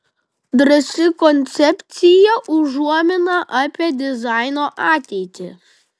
drąsi koncepcija užuomina apie dizaino ateitį